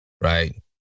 right